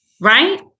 Right